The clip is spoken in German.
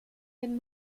den